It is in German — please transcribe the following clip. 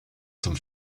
zum